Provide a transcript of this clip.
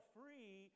free